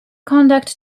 conduct